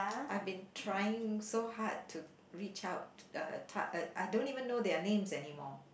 I've been trying so hard to reach out uh I don't even know their names anymore